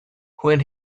when